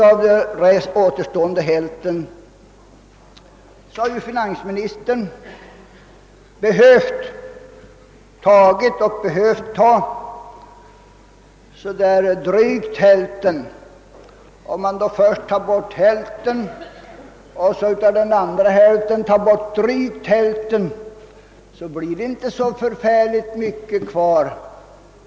Av den återstående hälften har så finansministern tagit — och behövt ta — drygt hälften. Om man på detta vis först tar bort hälften av lönehöjningen och så av den kvarvarande hälften återigen tar bort drygt hälften blir det inte så förfärligt mycket kvar.